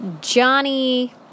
johnny